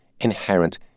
inherent